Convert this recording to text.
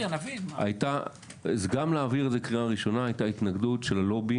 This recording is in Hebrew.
גם להעביר את זה בקריאה ראשונה הייתה התנגדות של הלובי